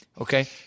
okay